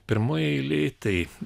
pirmoj eilėj tai